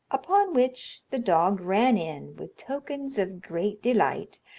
upon which the dog ran in with tokens of great delight,